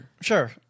Sure